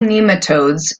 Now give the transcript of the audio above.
nematodes